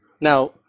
Now